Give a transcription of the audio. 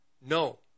no